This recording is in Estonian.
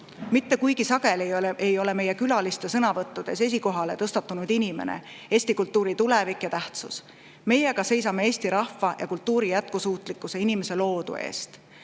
Mitte kuigi sageli ei ole meie külaliste sõnavõttudes esikohale tõstatunud inimene, Eesti kultuuri tulevik ja tähtsus. Meie aga seisame Eesti rahva ja kultuuri jätkusuutlikkuse, inimese loodu eest.